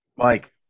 Mike